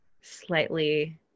slightly